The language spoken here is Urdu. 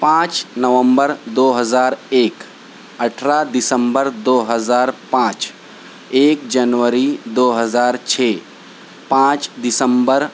پانچ نومبر دو ہزار ایک اٹھارہ دسمبر دو ہزار پانچ ایک جنوری دو ہزار چھ پانچ دسمبر